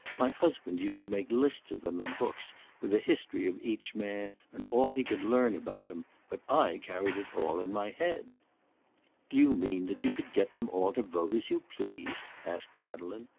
my husband used to make lists of them in books with a history of each man and all he could learn about him, but i carried it all in my head. do you mean that you could get them all to vote as you pleased? asked madeleine.